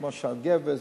למשל גבס,